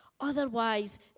Otherwise